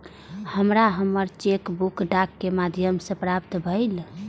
हमरा हमर cheque book डाक के माध्यम से प्राप्त भईल